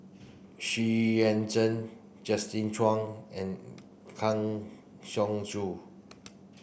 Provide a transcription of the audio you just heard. Xu Yuan Zhen Justin Zhuang and Kang Siong Joo